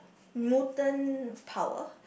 mutant power